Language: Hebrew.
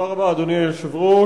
תודה רבה, אדוני היושב-ראש.